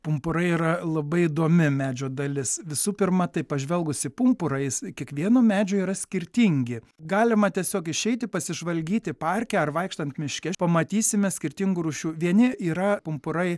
pumpurai yra labai įdomi medžio dalis visų pirma tai pažvelgus į pumpurą jis kiekvieno medžio yra skirtingi galima tiesiog išeiti pasižvalgyti parke ar vaikštant miške pamatysime skirtingų rūšių vieni yra pumpurai